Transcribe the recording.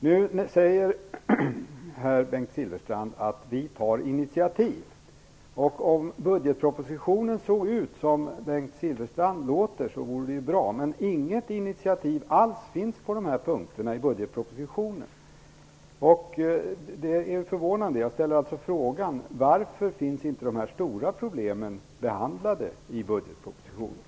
Nu säger Bengt Silfverstrand att man tar initiativ. Om budgetpropositionen såg ut som Bengt Silfverstrand låter vore det bra. Men inget initiativ alls finns på de här punkterna i budgetpropositionen. Det är förvånande. Jag ställer frågan: Varför finns inte de här stora problemen behandlade i budgetpropositionen?